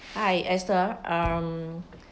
Hi esther um